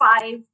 five